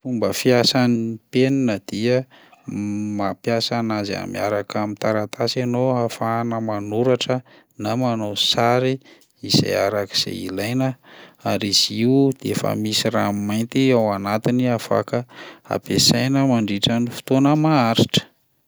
Fomba fiasan'ny penina dia: m- mampiasa anazy a- miaraka amin'ny taratasy ahafahana manoratra na manao sary izay arak'izay ilaina ary izy io de efa misy rano mainty ao anatiny afaka ampiasaina mandritran'ny fotoana maharitra.